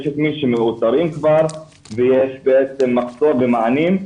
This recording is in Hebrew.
יש את מי שמאותרים כבר ויש בעצם מחסור במענים.